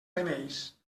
remeis